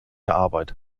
arbeit